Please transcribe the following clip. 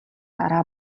дараа